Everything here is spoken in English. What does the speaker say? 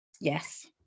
Yes